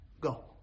go